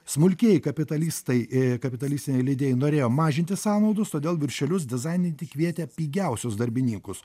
smulkieji kapitalistai ė kapitalistiniai leidėjai norėjo mažinti sąnaudas todėl viršelius dizaininti kvietė pigiausius darbininkus